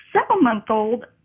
seven-month-old